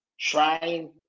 trying